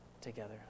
together